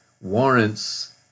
warrants